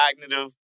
cognitive